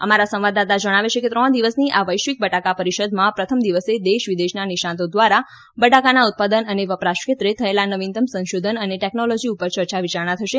અમારા સંવાદદાતા જણાવે છે કે ત્રણ દિવસની આ વૈશ્વિક બટાકા પરિષદમાં પ્રથમ દિવસે દેશ વિદેશના નિષ્ણાતો દ્વારા બટાકાના ઉત્પાદન અને વપરાશ ક્ષેત્રે થયેલા નવીનતમ સંશોધન અને ટેક્નોલોજી ઉપર ચર્ચા વિયારણા થશે